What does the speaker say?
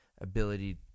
ability